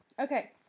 Okay